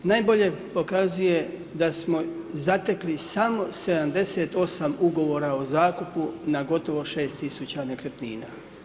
Najbolje pokazuje da smo zatekli samo 78 Ugovora o zakupu na gotovo 6000 nekretnina.